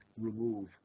remove